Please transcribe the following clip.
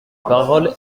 parole